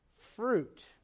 fruit